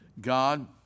God